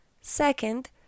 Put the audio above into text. second